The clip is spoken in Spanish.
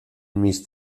mis